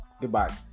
Goodbye